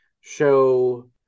show